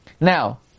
Now